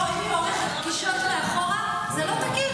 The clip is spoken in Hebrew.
לא, אם היא עורכת פגישות מאחור, זה לא תקין.